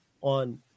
on